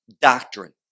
doctrine